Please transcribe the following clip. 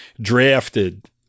drafted